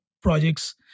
projects